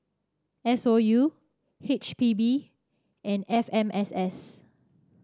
S O U H P B and F M S S